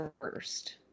first